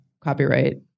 copyright